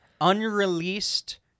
unreleased